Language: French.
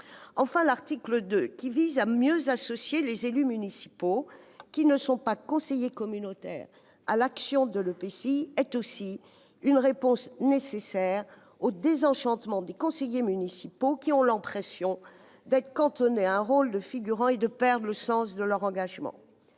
Enfin, l'article 2, qui tend à mieux associer les élus municipaux qui ne sont pas conseillers communautaires à l'action de l'EPCI, est aussi une réponse nécessaire pour atténuer le désenchantement des conseillers municipaux, qui ont l'impression d'être cantonnés à un rôle de figurant et de perdre le sens de leur engagement.